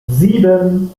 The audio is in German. sieben